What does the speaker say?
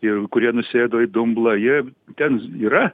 ir kurie nusėdo į dumblą jie ten yra